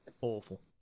Awful